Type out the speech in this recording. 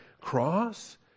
cross